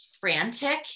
frantic